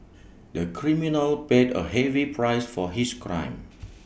the criminal paid A heavy price for his crime